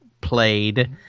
played